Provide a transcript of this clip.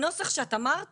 הנוסח שאת אמרת